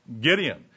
Gideon